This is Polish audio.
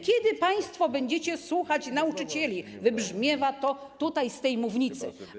Kiedy państwo będziecie słuchać nauczycieli? - wybrzmiewa to z tej mównicy.